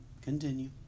Continue